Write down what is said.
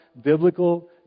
biblical